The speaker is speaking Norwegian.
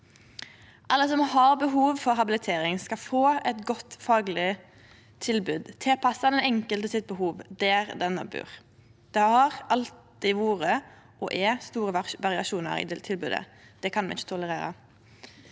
Alle som har behov for habilitering, skal få eit godt fagleg tilbod tilpassa den enkelte sitt behov der denne bur. Det har alltid vore og er store variasjonar i det tilbodet. Det kan me ikkje tolerere.